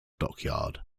dockyard